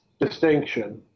distinction